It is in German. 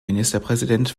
ministerpräsident